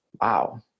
Wow